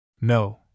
No